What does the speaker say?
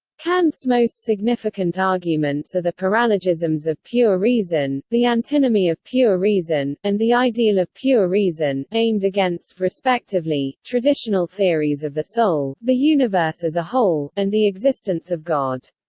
kant's most significant arguments are the paralogisms of pure reason, the antinomy of pure reason, and the ideal of pure reason, aimed against, respectively, traditional theories of the soul, the universe as a whole, and the existence of god.